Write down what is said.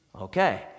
Okay